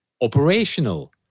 operational